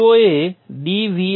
Vo એ dVin ની બરાબર છે